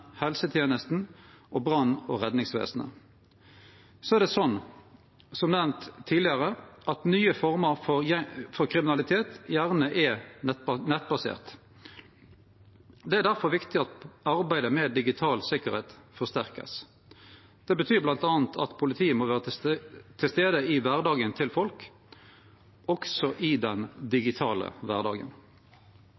og brann- og redningsvesenet. Så er det sånn, som nemnt tidlegare, at nye former for kriminalitet gjerne er nettbaserte. Det er derfor viktig at arbeidet med digital sikkerheit vert styrkt. Det betyr bl.a. at politiet må vere til stades i kvardagen til folk, også i den